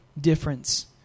difference